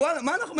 מה אנחנו מבקשים?